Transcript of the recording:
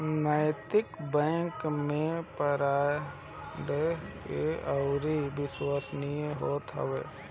नैतिक बैंक में पारदर्शिता अउरी विश्वसनीयता होत हवे